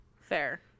Fair